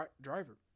driver